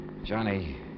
Johnny